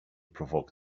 provoked